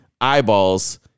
eyeballs